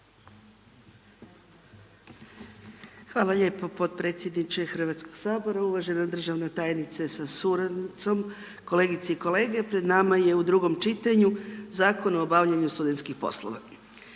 Hvala lijepo potpredsjedniče Hrvatskog sabora. Uvažena državna tajnice sa suradnicom, kolegice i kolege. Pred nama je u drugom čitanju Zakon o obavljanju studentskih poslova.